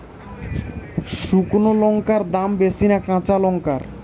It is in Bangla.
শুক্নো লঙ্কার দাম বেশি না কাঁচা লঙ্কার?